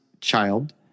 child